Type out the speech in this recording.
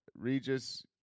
Regis